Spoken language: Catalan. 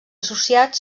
associat